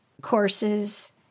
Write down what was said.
courses